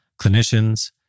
clinicians